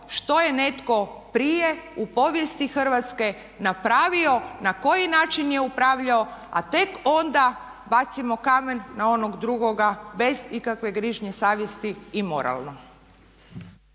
što je netko prije u povijesti Hrvatske napravio, na koji način je upravljao a tek onda bacimo kamen na onog drugoga bez ikakve grižnje savjesti i moralno.